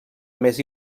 més